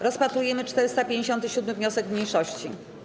Rozpatrujemy 457. wniosek mniejszości.